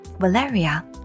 Valeria